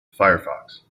firefox